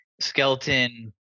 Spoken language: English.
skeleton